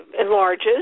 enlarges